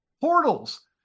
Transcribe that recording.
portals